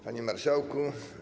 Panie Marszałku!